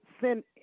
send